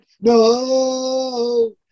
no